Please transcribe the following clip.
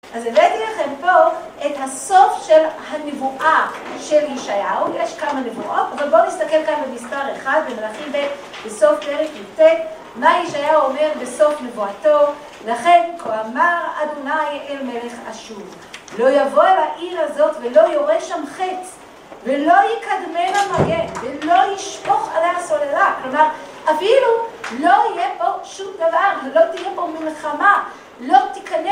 אז הבאתי לכם פה את הסוף של הנבואה של ישעיהו, יש כמה נבואות, אבל בואו נסתכל כאן במספר אחד, במלכים ב', בסוף פרק י"ט, מה ישעיהו אומר בסוף נבואתו, לכן כה אמר ה' אל מלך אשור, לא יבוא אל העיר הזאת ולא יורה שם חץ, ולא יקדמנה מגן, ולא ישפוך עליה סוללה, כלומר, אפילו לא יהיה פה שום דבר, ולא תהיה פה מלחמה, לא תיכנס...